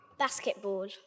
Basketball